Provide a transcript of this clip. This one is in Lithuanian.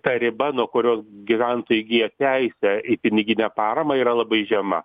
ta riba nuo kurios gyventojai įgyja teisę į piniginę paramą yra labai žema